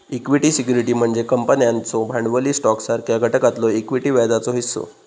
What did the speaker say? equity security म्हणजे कंपन्यांचो भांडवली स्टॉकसारख्या घटकातलो इक्विटी व्याजाचो हिस्सो